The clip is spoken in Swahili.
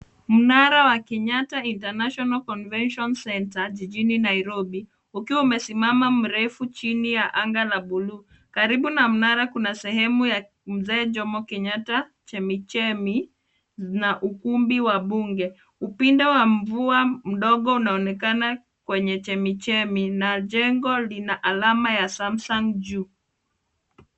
Mnara wa kenyatta international convention centre jijini nairobi, ukiwa umesimama mrefu chini ya anga la buluu. Karibu na mnara kuna sehemu ya mzee jomo kenyatta, chemichemi na ukumbi wa bunge. Upinde wa mvua ndogo unaonekana kwenye chemichemi na jengo lina alama ya samsung juu.